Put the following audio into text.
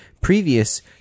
previous